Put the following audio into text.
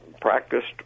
practiced